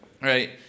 Right